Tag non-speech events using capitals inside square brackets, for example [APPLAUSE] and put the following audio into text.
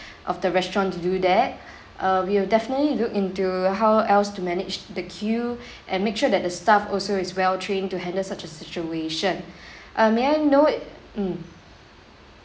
of the restaurant to do that [BREATH] uh we'll definitely look into how else to manage the queue [BREATH] and make sure that the staff also is well trained to handle such a situation [BREATH] uh may I know i~ mm